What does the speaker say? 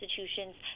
institutions